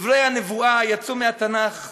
דברי הנבואה יצאו מהתנ"ך